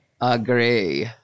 Agree